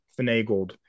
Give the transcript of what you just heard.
finagled